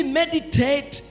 meditate